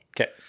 Okay